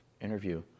interview